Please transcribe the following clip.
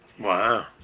Wow